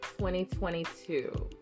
2022